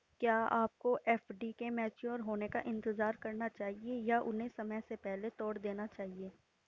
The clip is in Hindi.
क्या आपको एफ.डी के मैच्योर होने का इंतज़ार करना चाहिए या उन्हें समय से पहले तोड़ देना चाहिए?